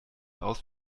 aus